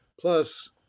Plus